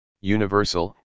universal